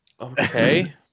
Okay